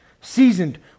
seasoned